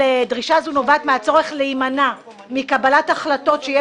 "דרישה זו נובעת מהצורך להימנע מקבלת החלטות שיהיה